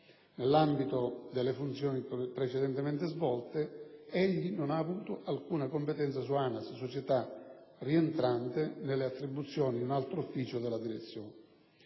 Nell'ambito delle funzioni precedentemente svolte, egli non ha avuto alcuna competenza su ANAS, società rientrante nelle attribuzioni di un altro ufficio della Direzione.